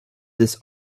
this